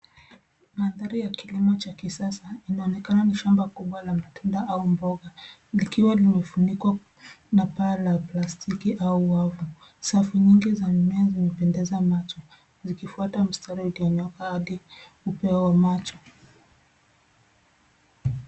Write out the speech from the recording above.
Mandhari ya kilimo cha kisasa, inaonekana ni shamba kubwa la matunda au mboga likiwa limefunikwa na paa la plastiki au wavu. Safu nyingi za mimea zinapendeza macho zikifuata mstari iliyonyooka hadi upeo wa macho.